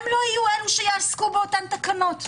הם לא יהיו אלו שיעסקו באותן תקנות.